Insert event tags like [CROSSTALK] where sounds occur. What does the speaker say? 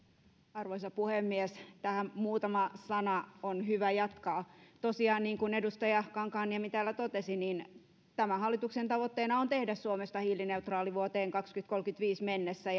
arvoisa puhemies tähän muutama sana on hyvä jatkaa tosiaan niin kuin edustaja kankaanniemi täällä totesi niin tämän hallituksen tavoitteena on tehdä suomesta hiilineutraali vuoteen kaksituhattakolmekymmentäviisi mennessä [UNINTELLIGIBLE]